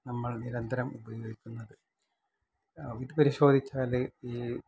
നമ്മള് നിരന്തരം ഉപയോഗിക്കുന്നത് അത് പരിശോധിച്ചാല് ഈ